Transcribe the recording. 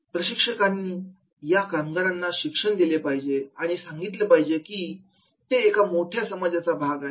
प्रशिक्षकांनी या कामगारांना शिक्षण दिले पाहिजे आणि सांगितलं पाहिजे की ते एका मोठ्या समाजाचा भाग आहेत